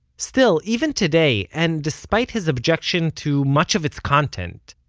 still, even today, and despite his objection to much of its content,